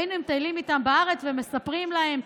והיינו מטיילים איתם בארץ ומספרים להם,